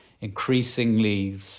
increasingly